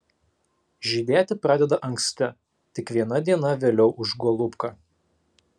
žydėti pradeda anksti tik viena diena vėliau už golubką